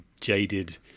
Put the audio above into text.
jaded